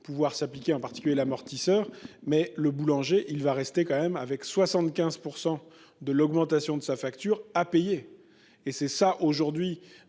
Pouvoir s'appliquer en particulier l'amortisseur mais le boulanger, il va rester quand même avec 75% de l'augmentation de sa facture à payer, et c'est ça aujourd'hui